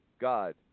God